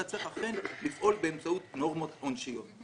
אתה צריך אכן לפעול באמצעות נורמות עונשיות.